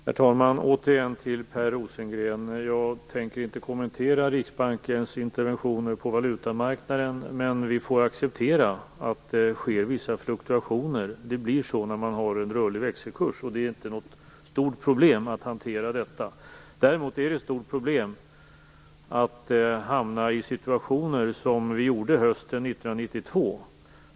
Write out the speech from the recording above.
Herr talman! Återigen vill jag säga till Per Rosengren att jag inte tänker kommentera Riksbankens interventioner på valutamarknaden. Vi får dock acceptera att det sker vissa fluktuationer. Det blir så när man har en rörlig växelkurs, och det är inte något stort problem att hantera. Däremot är det ett stort problem att hamna i situationer som den vi hamnade i hösten 1992.